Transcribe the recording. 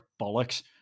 bollocks